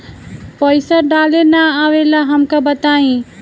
पईसा डाले ना आवेला हमका बताई?